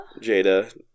Jada